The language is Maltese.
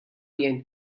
jien